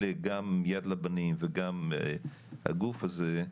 אלה גם יד לבנים וגם הגוף הזה,